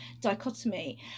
dichotomy